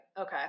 Okay